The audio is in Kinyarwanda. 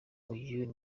uyu